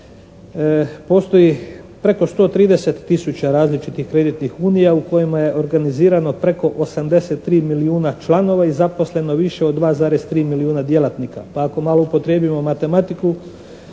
unije postoji preko 130 tisuća različitih kreditnih unija u kojima je organizirano preko 83 milijuna članova i zaposleno više od 2,3 milijuna djelatnika.